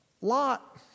Lot